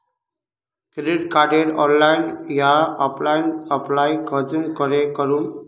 Credit कार्डेर online या offline apply कुंसम करे करूम?